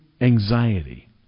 anxiety